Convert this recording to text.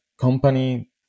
company